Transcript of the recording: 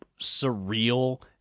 surreal